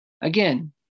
Again